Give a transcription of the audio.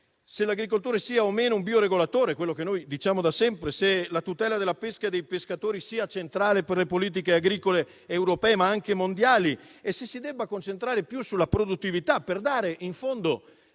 se l'agricoltore sia o meno un bioregolatore (quello che noi diciamo da sempre); se la tutela della pesca e dei pescatori sia centrale per le politiche agricole europee, ma anche mondiali; se ci si debba concentrare più sulla produttività, per dare in fondo